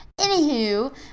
Anywho